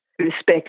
respect